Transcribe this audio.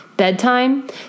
Bedtime